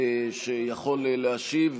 שיכול להשיב,